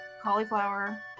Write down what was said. cauliflower